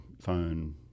phone